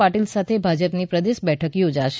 પાટીલ સાથે ભાજપાની પ્રદેશ બેઠક યોજાશે